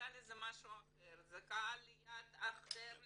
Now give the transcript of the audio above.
זה משהו אחר זה קהל יעד אחר לגמרי.